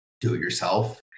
do-it-yourself